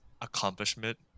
accomplishment